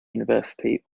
university